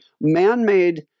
man-made